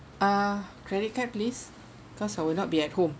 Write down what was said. uh credit card please cause I will not be at home